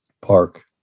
park